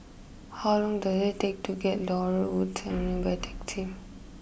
how long does it take to get to Laurel wood Avenue by taxi